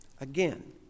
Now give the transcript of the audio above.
Again